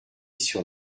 sur